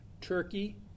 Turkey